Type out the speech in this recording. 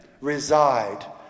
reside